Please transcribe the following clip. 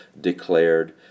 declared